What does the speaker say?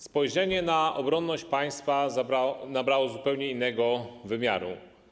Spojrzenie na obronność państwa nabrało zupełnie innego wymiaru.